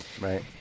Right